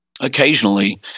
Occasionally